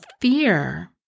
fear